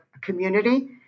community